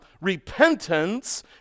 repentance